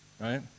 Right